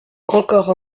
encore